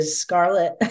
scarlet